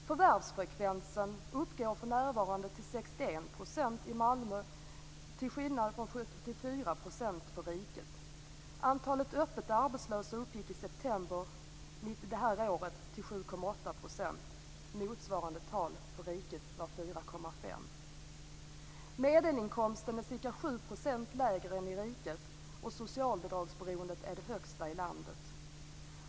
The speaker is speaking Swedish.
Förvärvsfrekvensen i Malmö uppgår för närvarande till 61 %, mot 74 % för riket. Andelen öppet arbetslösa uppgick i september i år till 7,8 %. Motsvarande tal för riket var 4,5 %. Medelinkomsten är ca 7 % lägre än i riket. Socialbidragsberoendet är det högsta i landet.